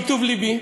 מטוב לבי,